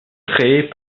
créés